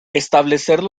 establecer